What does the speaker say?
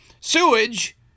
sewage